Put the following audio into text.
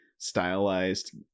stylized